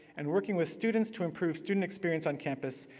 and working with students to improve student experience on campus,